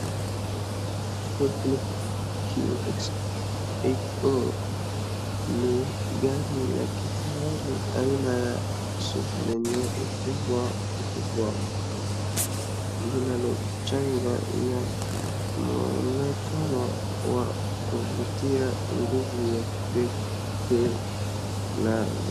Infiniti QX80 ni gari la kifahari aina ya SUV lenye ukubwa mkubwa, linalochanganya muonekano wa kuvutia, nguvu ya kipekee na...